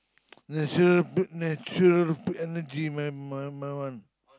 natural natural built energy my my my one